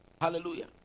Hallelujah